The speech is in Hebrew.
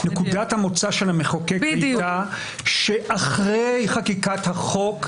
נקודת המוצא של המחוקק הייתה שאחרי חקיקת החוק,